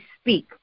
speak